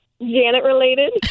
Janet-related